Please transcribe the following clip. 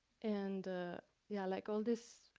and yeah, like all this